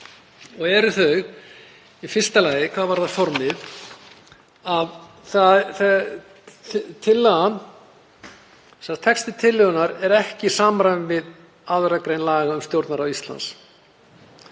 og eru þau í fyrsta lagi, hvað varðar formið, að texti tillögunnar er ekki í samræmi við 2. gr. laga um Stjórnarráð Íslands.